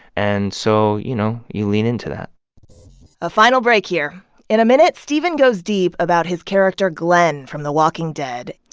and so, you know, you lean into that a final break here in a minute, steven goes deep about his character glenn from the walking dead.